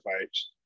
fights